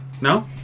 No